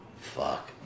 fuck